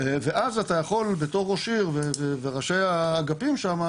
ואז אתה יכול בתור ראש עיר וראשי האגפים שם,